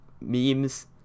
memes